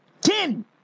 Ten